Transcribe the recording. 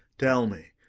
tell me,